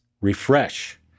Refresh